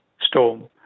storm